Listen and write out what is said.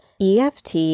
EFT